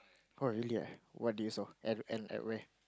oh really ah what did you saw and and at where